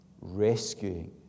rescuing